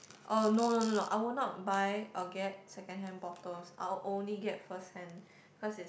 oh no no no no I will not buy or get second hand bottles I'll only get first hand cause is